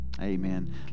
Amen